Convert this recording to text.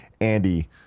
andy